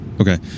Okay